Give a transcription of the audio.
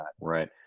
Right